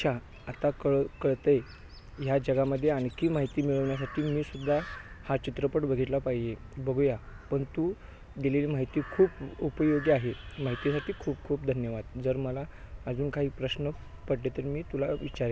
अच्छा आता कळ कळतंय ह्या जगामध्ये आणखी माहिती मिळवण्यासाठी मी सुद्धा हा चित्रपट बघितला पाहिजे बघूया पण तू दिलेली माहिती खूप उपयोगी आहे माहितीसाठी खूप खूप धन्यवाद जर मला अजून काही प्रश्न पडले तर मी तुला विचारेन